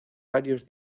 varios